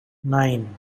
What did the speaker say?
nine